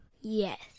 Yes